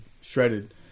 shredded